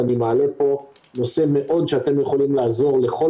אני מעלה פה נושא שאתם יכולים לעזור לכל